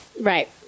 Right